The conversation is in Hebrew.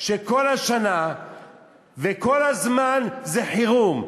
שכל השנה וכל הזמן זה חירום.